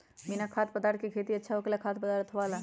बिना खाद्य पदार्थ के खेती अच्छा होखेला या खाद्य पदार्थ वाला?